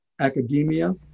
academia